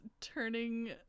turning